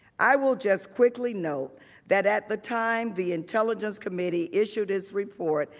i will just quickly note that at the time the intelligence committee issued its report,